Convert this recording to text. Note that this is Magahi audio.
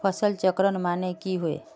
फसल चक्रण माने की होय?